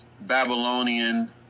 Babylonian